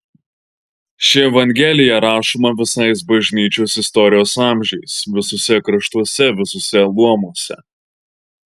ši evangelija rašoma visais bažnyčios istorijos amžiais visuose kraštuose visuose luomuose